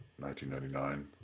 1999